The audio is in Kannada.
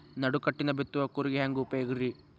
ನಡುಕಟ್ಟಿನ ಬಿತ್ತುವ ಕೂರಿಗೆ ಹೆಂಗ್ ಉಪಯೋಗ ರಿ?